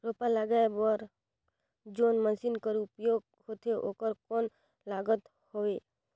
रोपा लगाय बर जोन मशीन कर उपयोग होथे ओकर कौन लागत हवय?